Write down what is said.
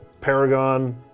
Paragon